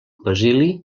basili